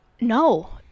no